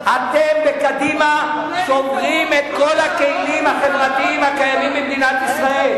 אתם בקדימה שוברים את כל הכלים החברתיים הקיימים במדינת ישראל.